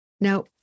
Now